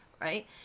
right